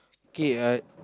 okay I